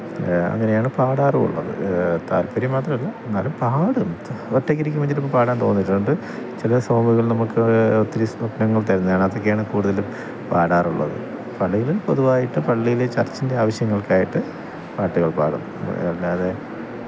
അങ്ങനെയാണ് പാടാറുമുള്ളത് താല്പ്പര്യം മാത്രമല്ല എന്നാലും പാടും ഒറ്റയ്ക്കിരിക്കുമ്പം ചിലപ്പം പാടാന് തോന്നിയിട്ടുണ്ട് ചില സോങ്ങുകള് നമുക്ക് ഒത്തിരി സ്വപ്നങ്ങള് തരുന്നതാണ് അതൊക്കെയാണ് കൂടുതലും പാടാറുള്ളത് പള്ളിയിലും പൊതുവായിട്ട് പള്ളിയിൽ ചര്ച്ചിന്റെ ആവിശ്യങ്ങള്ക്കായിട്ട് പാട്ടുകള് പാടും അതല്ലാതെ